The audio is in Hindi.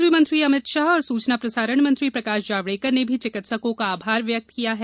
केन्द्रीय मंत्री अमित शाह और सूचना प्रसारण मंत्री प्रकाश जावड़ेकर ने भी चिकित्सकों का आभान जताया है